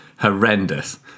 Horrendous